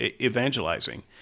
evangelizing